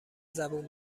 زبون